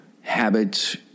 habits